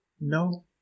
No